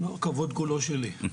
הכבוד כולו שלי.